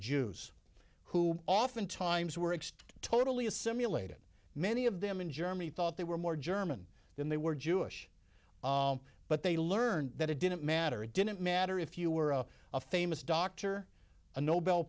jews who oftentimes were extinct totally a simulated many of them in germany thought they were more german than they were jewish but they learned that it didn't matter it didn't matter if you were a famous doctor a nobel